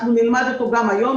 אנחנו נלמד אותו גם היום.